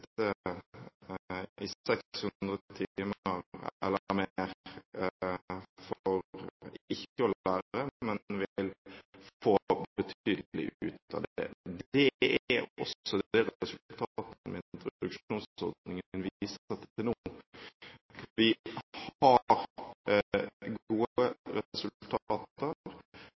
i 600 timer eller mer for ikke å lære, men vil få betydelig ut av det. Det er også det resultatene av introduksjonsordningen viser til nå. Vi har gode resultater. Dette er integreringspolitikk som virker, og det vi